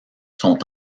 sont